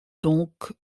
donc